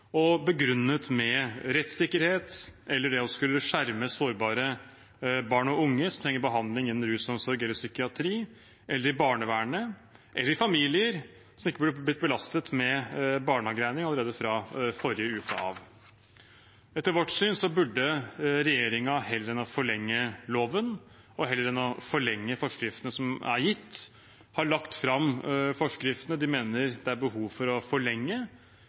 og begrunnet i rettssikkerhet eller å skulle skjerme sårbare barn og unge som trenger behandling innenfor rusomsorgen, psykiatrien eller barnevernet – eller familier som er blitt belastet med barnehageregninger allerede fra forrige uke av. Etter vårt syn burde regjeringen heller enn å forlenge loven og forskriftene som er gitt, ha lagt fram forskriftene de mener det er behov for å forlenge,